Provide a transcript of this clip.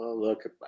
Look